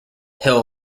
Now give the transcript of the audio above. hill